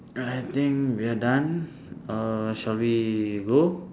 I think we are done uh shall we go